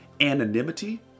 anonymity